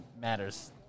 matters